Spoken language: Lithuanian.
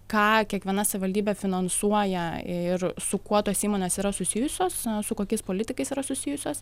ką kiekviena savivaldybė finansuoja ir su kuo tos įmonės yra susijusios su kokiais politikais yra susijusios